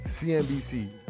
CNBC